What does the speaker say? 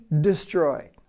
destroyed